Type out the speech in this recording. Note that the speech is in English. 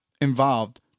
involved